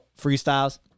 freestyles